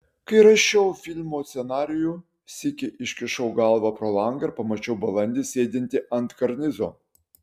kai aš rašiau filmo scenarijų sykį iškišau galvą pro langą ir pamačiau balandį sėdintį ant karnizo